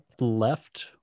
left